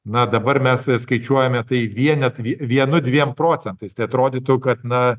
na dabar mes skaičiuojame tai vienet vienu dviem procentais tai atrodytų kad na